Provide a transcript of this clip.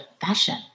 fashion